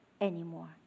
anymore